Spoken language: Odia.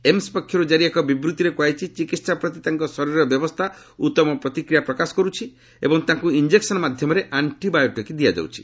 ଏମୁ ପକ୍ଷରୁ ଜାରୀ ଏକ ବିବୃଭିରେ କୁହାଯାଇଛି ଚିକିତ୍ସା ପ୍ରତି ତାଙ୍କ ଶରୀରର ବ୍ୟବସ୍ଥା ଉତ୍ତମ ପ୍ରତିକ୍ରିୟା ପ୍ରକାଶ କରିଛି ଏବଂ ତାଙ୍କୁ ଇଞ୍ଜେକ୍ସନ୍ ମାଧ୍ୟମରେ ଆଷ୍ଟିବାୟୋଟିକ୍ ଦିଆଯାଉଛି